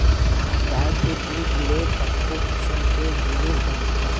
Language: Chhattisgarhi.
गाय के दूद ले कतको किसम के जिनिस बनथे